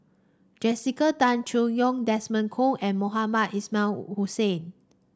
Jessica Tan Soon Neo Desmond Kon and Mohamed Ismail Hussain